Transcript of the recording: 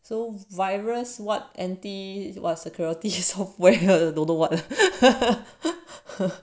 so virus what empty while security software you don't know [what]